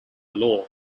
law